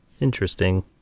Interesting